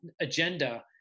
agenda